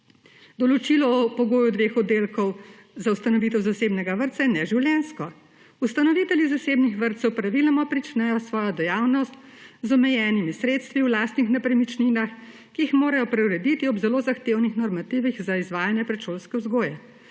Določilo o pogoju dveh oddelkov za ustanovitev zasebnega vrtca je neživljenjsko. Ustanovitelji zasebnih vrtcev praviloma pričnejo svojo dejavnost z omejenimi sredstvi v lastnih nepremičninah, ki jih morajo preurediti, ob zelo zahtevnih normativih za izvajanje predšolske vzgoje.